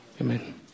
Amen